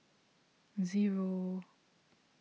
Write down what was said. zero